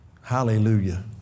Hallelujah